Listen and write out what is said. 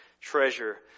treasure